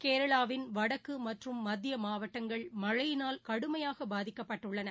கேரளாவின் வடக்குமற்றும் மத்தியமாவட்டங்கள் மழையினால் கடுமையாகபாதிக்கப்பட்டுள்ளன